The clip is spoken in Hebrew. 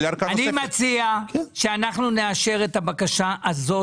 אני מציעה שאנחנו נאשר את הבקשה הזאת,